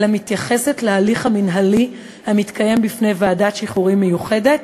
אלא מתייחסת להליך המינהלי המתקיים בפני ועדת שחרורים מיוחדת,